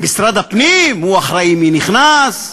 במשרד הפנים הוא אחראי, מי נכנס,